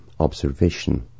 Observation